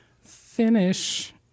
finish